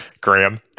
Graham